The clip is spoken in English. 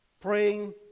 Praying